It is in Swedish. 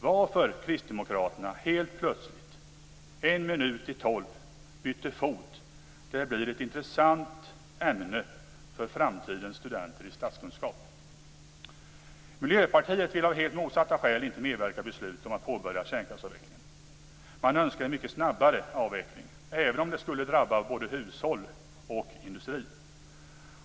Varför kristdemokraterna helt plötsligt, en minut i tolv, bytte fot blir ett intressant ämne för framtidens studenter i statskunskap. Miljöpartiet vill av helt motsatta skäl inte medverka till beslutet om att påbörja kärnkraftsavvecklingen. Man önskar en mycket snabbare avveckling, även om det skulle drabba både hushållen och industrin.